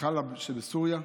חלב שבסוריה,